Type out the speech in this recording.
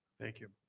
thank you.